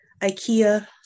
ikea